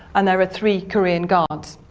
and there are three korean guards.